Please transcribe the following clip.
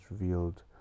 revealed